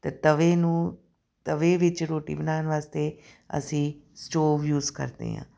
ਅਤੇ ਤਵੇ ਨੂੰ ਤਵੇ ਵਿੱਚ ਰੋਟੀ ਬਣਾਉਣ ਵਾਸਤੇ ਅਸੀਂ ਸਟੋਵ ਯੂਸ ਕਰਦੇ ਹਾਂ